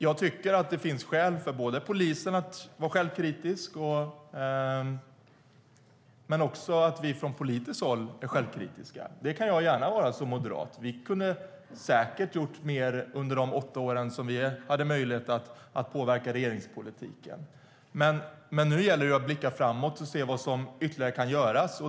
Det finns skäl för polisen att vara självkritisk, men vi måste också vara självkritiska från politiskt håll. Det kan jag som moderat gärna vara. Vi kunde säkert ha gjort mer under de åtta år vi hade möjlighet att påverka regeringspolitiken, men nu gäller det att blicka framåt och se vad ytterligare som kan göras.